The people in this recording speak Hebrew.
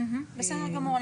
בסדר גמור.